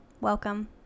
Welcome